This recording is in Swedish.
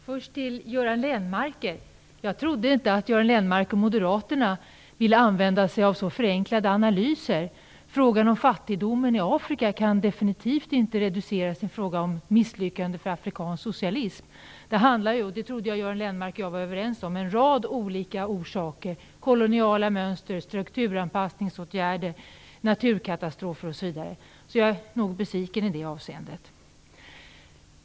Fru talman! Först till Göran Lennmarker: Jag trodde inte att Göran Lennmarker och Moderaterna ville använda sig av så förenklade analyser. Frågan om fattigdomen i Afrika kan definitivt inte reduceras till en fråga om ett misslyckande för afrikansk socialism. Jag trodde att Göran Lennmarker och jag var överens om att det finns en rad olika orsaker till den - koloniala mönster, strukturanpassningsåtgärder, naturkatastrofer osv. I det avseendet är jag besviken.